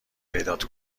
پیدات